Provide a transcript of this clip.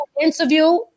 interview